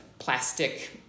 plastic